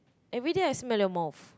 everyday I smell your mouth